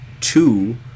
two